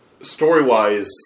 story-wise